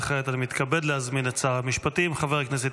וכעת אני מתכבד להזמין את שר המשפטים חבר הכנסת